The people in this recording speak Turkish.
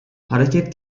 hareket